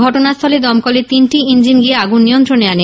ঘটনাস্থলে দমকলের তিনটি ইঞ্জিন গিয়ে আগুন নিয়ন্ত্রণে আনে